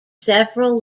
several